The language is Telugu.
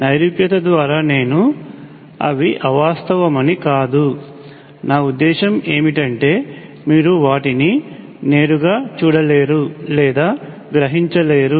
నైరూప్యత ద్వారా నేను అవి అవాస్తవమని కాదు నా ఉద్దేశ్యం ఏమిటంటే మీరు వాటిని నేరుగా చూడలేరు లేదా గ్రహించలేరు